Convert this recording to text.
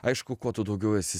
aišku kuo tu daugiau esi